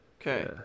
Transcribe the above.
Okay